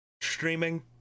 streaming